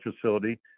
facility